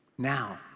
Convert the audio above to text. Now